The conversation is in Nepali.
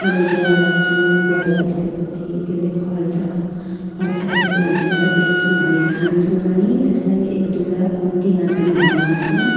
अनि गुवा रोप्छौँ गुवा रोपिसके पछि त्यसले फल्छ फलिसके पछि हामी त्यसलाई बेच्छौँ हामी खान्छौँ पनि त्यसलाई एक दुइवटा कम्ती मात्रमा घरमा खान्छौँ